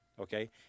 Okay